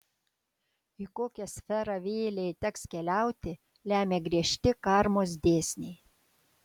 į kokią sferą vėlei teks keliauti lemia griežti karmos dėsniai